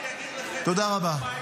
תודה רבה.